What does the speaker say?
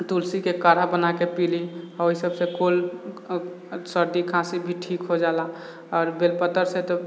तुलसी के काढ़ा बनाए कऽ पिली आ ओहिसबसे कोल्ड सर्दी खाँसी भी ठीक हो जाला आओर बेलपत्तर से तो